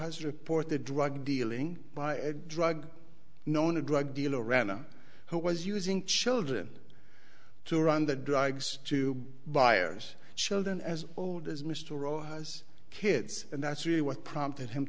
has reported drug dealing by a drug known a drug dealer rana who was using children to run the drugs to buyers children as old as mr o has kids and that's really what prompted him